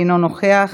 אינו נוכח,